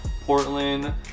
Portland